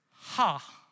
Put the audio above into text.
Ha